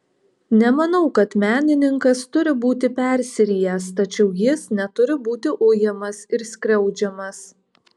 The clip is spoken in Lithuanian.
nemanau kad menininkas turi būti persirijęs tačiau jis neturi būti ujamas ir skriaudžiamas